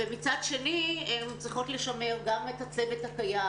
ומצד שני הן צריכות לשמר גם את הצוות הקיים,